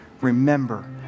remember